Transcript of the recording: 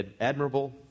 admirable